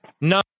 No